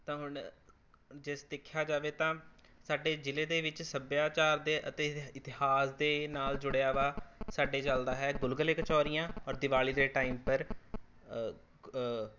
ਤਾਂ ਹੁਣ ਜੇ ਸ ਦੇਖਿਆ ਜਾਵੇ ਤਾਂ ਸਾਡੇ ਜ਼ਿਲ੍ਹੇ ਦੇ ਵਿੱਚ ਸੱਭਿਆਚਾਰ ਦੇ ਅਤੇ ਇਤਿਹਾਸ ਦੇ ਨਾਲ ਜੁੜਿਆ ਵਾ ਸਾਡੇ ਚੱਲਦਾ ਹੈ ਗੁਲਗੁਲੇ ਕਚੌਰੀਆਂ ਔਰ ਦਿਵਾਲੀ ਦੇ ਟਾਈਮ ਪਰ